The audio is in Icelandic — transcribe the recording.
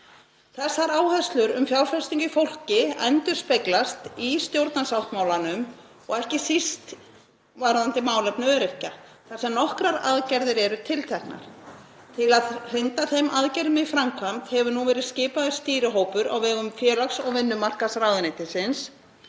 Þessar áherslur um fjárfestingu í fólki endurspeglast í stjórnarsáttmálanum og ekki síst varðandi málefni öryrkja þar sem nokkrar aðgerðir eru tilteknar. Til að hrinda þeim aðgerðum í framkvæmd hefur nú verið skipaður stýrihópur á vegum félags- og vinnumarkaðsráðuneytisins